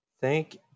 Thank